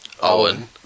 Owen